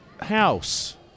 House